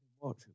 Watch